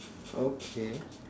okay